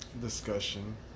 discussion